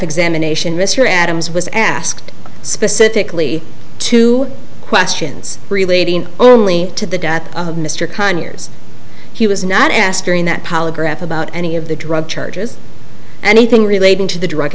examination mr adams was asked specifically two questions relating only to the death of mr conyers he was not asked during that polygraph about any of the drug charges and anything relating to the drug